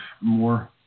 more